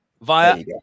via